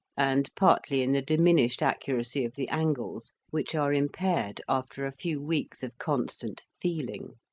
and partly in the diminished accuracy of the angles, which are impaired after a few weeks of constant feeling.